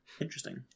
Interesting